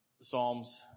Psalms